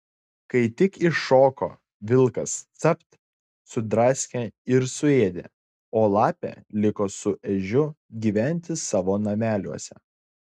kai tik iššoko vilkas capt sudraskė ir suėdė o lapė liko su ežiu gyventi savo nameliuose